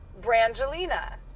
Brangelina